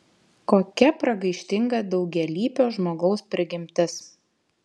kokia pragaištinga daugialypio žmogaus prigimtis